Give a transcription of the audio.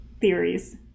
Theories